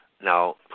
Now